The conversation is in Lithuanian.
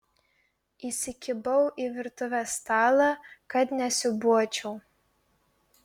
įsikibau į virtuvės stalą kad nesiūbuočiau